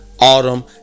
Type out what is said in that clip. Autumn